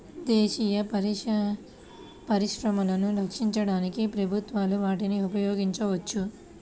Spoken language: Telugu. దేశీయ పరిశ్రమలను రక్షించడానికి ప్రభుత్వాలు వాటిని ఉపయోగించవచ్చు